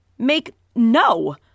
Make—no